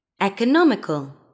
Economical